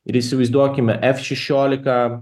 ir įsivaizduokime f šešiolika